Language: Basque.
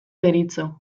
deritzo